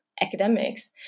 academics